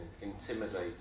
intimidating